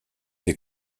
des